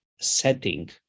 setting